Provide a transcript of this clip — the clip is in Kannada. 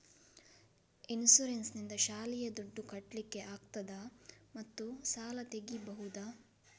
ಇನ್ಸೂರೆನ್ಸ್ ನಿಂದ ಶಾಲೆಯ ದುಡ್ದು ಕಟ್ಲಿಕ್ಕೆ ಆಗ್ತದಾ ಮತ್ತು ಸಾಲ ತೆಗಿಬಹುದಾ?